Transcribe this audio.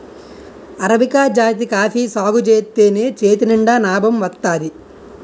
arabica జాతి coffee సాగుజేత్తేనే చేతినిండా నాబం వత్తాది